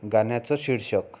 गाण्याचं शीर्षक